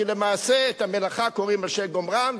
כי למעשה את המלאכה קוראים על שם גומרה.